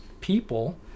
people